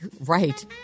Right